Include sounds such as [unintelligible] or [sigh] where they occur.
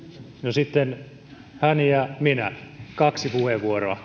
sitten hän ja minä kaksi puheenvuoroa [unintelligible]